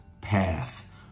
path